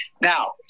Now